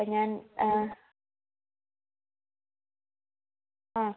അപ്പം ഞാൻ ആ